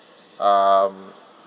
um